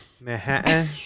Manhattan